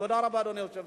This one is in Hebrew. תודה רבה, אדוני היושב-ראש.